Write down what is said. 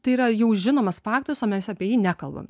tai yra jau žinomas faktas o mes apie jį nekalbam